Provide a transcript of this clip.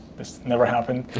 this never happened.